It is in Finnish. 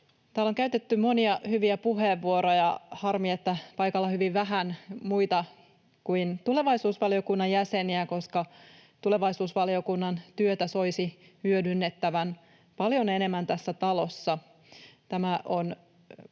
Täällä on käytetty monia hyviä puheenvuoroja. Harmi, että paikalla on hyvin vähän muita kuin tulevaisuusvaliokunnan jäseniä, koska tulevaisuusvaliokunnan työtä soisi hyödynnettävän paljon enemmän tässä talossa.